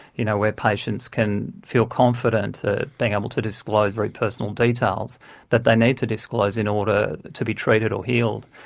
you know, where patients can feel confident of being able to disclose very personal details that they need to disclose in order to be treated or healed,